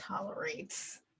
tolerates